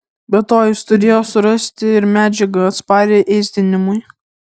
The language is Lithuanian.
be to jis turėjo surasti ir medžiagą atsparią ėsdinimui